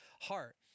heart